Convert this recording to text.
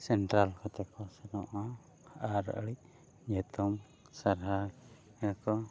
central ᱠᱚᱛᱮ ᱠᱚ ᱥᱮᱱᱚᱜᱼᱟ ᱟᱨ ᱟᱹᱰᱤ ᱧᱩᱛᱩᱢ ᱥᱟᱨᱦᱟᱣᱭᱟᱠᱚ